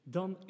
Dan